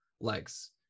legs